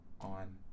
on